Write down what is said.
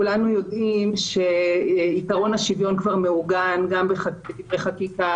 כולנו יודעים שעקרון השוויון מעוגן בחקיקה,